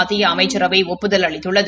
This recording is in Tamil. மத்திய அமைச்சரவை ஒப்புதல் அளித்துள்ளது